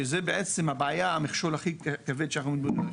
וזה בעצם המכשול הכי כבד שאנחנו מתמודדים איתו.